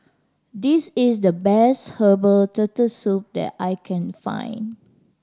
this is the best herbal Turtle Soup that I can find